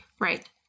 Right